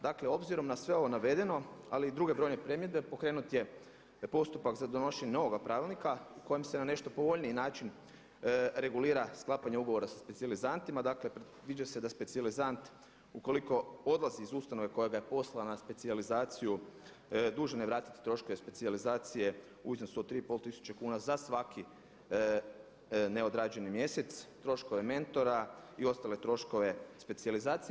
Dakle obzirom na sve ovo navedeno ali i druge brojne primjedbe pokrenut je postupak za donošenje novoga pravilnika u kojem se na nešto povoljniji način regulira sklapanje ugovora sa specijalizantima, dakle predviđa se da specijalizant ukoliko odlazi iz ustanove koja ga je poslala na specijalizaciju dužan je vratiti troškove specijalizacije u iznosu od 3,5 tisuće kuna za svaki neodrađeni mjesec, troškove mentora i ostale troškove specijalizacije.